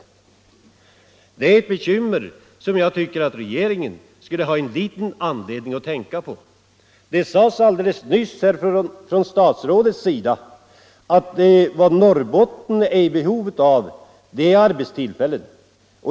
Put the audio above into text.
Det är ett bekymmer som jag tycker att regeringen har anledning att tänka på. Statsrådet sade alldeles nyss att vad Norrbotten är i behov av är arbetstillfällen.